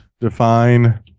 Define